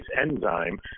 enzyme